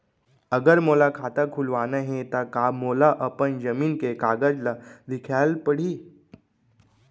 अगर मोला खाता खुलवाना हे त का मोला अपन जमीन के कागज ला दिखएल पढही?